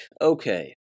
Okay